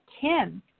Kim